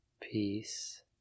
peace